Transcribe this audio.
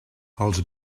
els